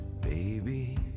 baby